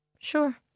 Sure